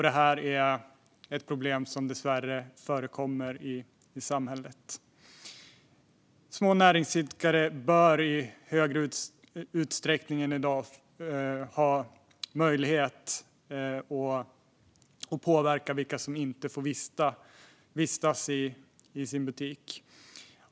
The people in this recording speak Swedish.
Detta är ett problem som dessvärre förekommer i samhället. Små näringsidkare bör i större utsträckning än i dag ha möjlighet att påverka vilka som inte får vistas i deras butik.